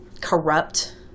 corrupt